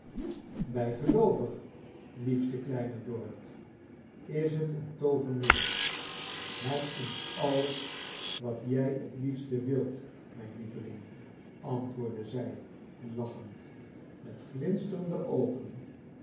bijgeloovig liefste kleine dorrit is t een toovermiddel v het is alles wat jij t liefst wilt mijn lieveling antwoordde zij lachend met glinsterende oogen